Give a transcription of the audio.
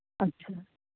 ਅੱਛਾ